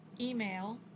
email